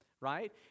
right